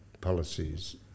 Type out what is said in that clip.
policies